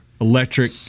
electric